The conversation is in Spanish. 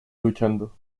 luchando